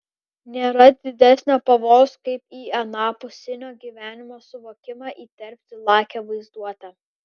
nėra didesnio pavojaus kaip į anapusinio gyvenimo suvokimą įterpti lakią vaizduotę